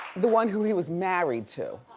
the one who he was married to.